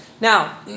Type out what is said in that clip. Now